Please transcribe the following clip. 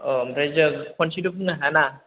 औ आमफ्राइ जों खनसेनो बुंनो हायाना